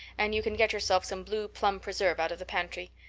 and you can get yourself some blue plum preserve out of the pantry.